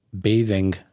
bathing